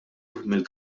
mill